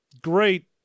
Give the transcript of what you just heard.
great